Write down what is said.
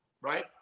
right